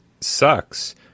sucks